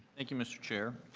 thank you mr. chair.